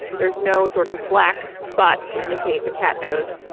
there's no sort of black spot to indicate a cat nose.